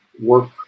work